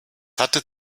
hatte